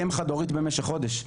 היא אם חד הורית במשך חודש,